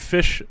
Fish